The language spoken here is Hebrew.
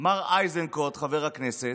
מר איזנקוט, חבר הכנסת,